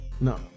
No